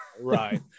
Right